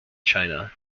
china